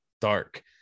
dark